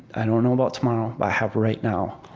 i don't know about tomorrow, but i have right now,